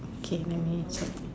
okay let me check